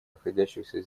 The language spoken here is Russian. находящихся